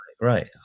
Right